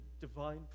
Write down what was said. divine